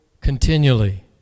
continually